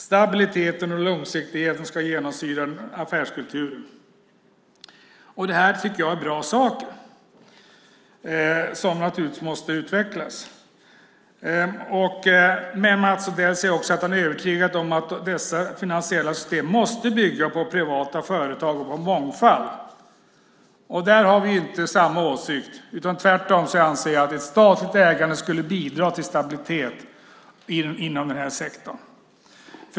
Stabilitet och långsiktighet ska genomsyra affärskulturen. Det här tycker jag är bra saker som naturligtvis måste utvecklas. Mats Odell säger dock också att han är övertygad om att dessa finansiella system "måste bygga på privata företag och på mångfald". Där har vi inte samma åsikt. Tvärtom anser jag att ett statligt ägande skulle bidra till stabilitet inom den här sektorn.